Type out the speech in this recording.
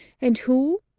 and who,